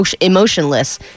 emotionless